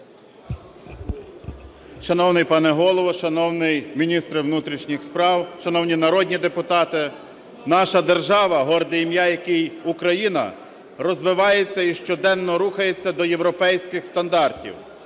Шановний пане Голово, шановний міністр внутрішніх справ! Шановні народні депутати! Наша держава, горде ім'я якій Україна, розвивається і щоденно рухається до європейських стандартів.